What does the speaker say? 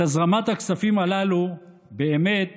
את הזרמת הכספים הללו באמת